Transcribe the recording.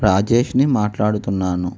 రాజేష్ని మాట్లాడుతున్నాను